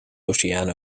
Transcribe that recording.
oceaan